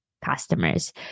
Customers